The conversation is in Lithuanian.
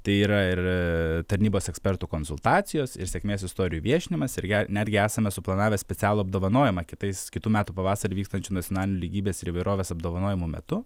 tai yra ir tarnybos ekspertų konsultacijos ir sėkmės istorijų viešinimas irgi netgi esame suplanavę specialų apdovanojimą kitais kitų metų pavasarį vykstančių nacionalinių lygybės ir įvairovės apdovanojimų metu